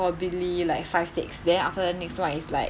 probably like five six then after that next [one] is like